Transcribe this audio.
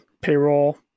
payroll